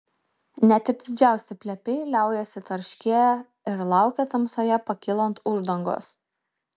net ir didžiausi plepiai liaujasi tarškėję ir laukia tamsoje pakylant uždangos